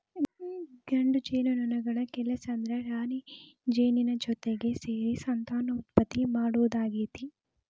ಗಂಡು ಜೇನುನೊಣಗಳ ಕೆಲಸ ಅಂದ್ರ ರಾಣಿಜೇನಿನ ಜೊತಿಗೆ ಸೇರಿ ಸಂತಾನೋತ್ಪತ್ತಿ ಮಾಡೋದಾಗೇತಿ